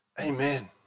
Amen